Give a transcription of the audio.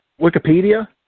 Wikipedia